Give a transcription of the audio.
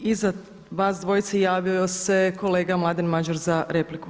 Iza vas dvojce javio se kolega Mladen Madjer za repliku.